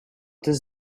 does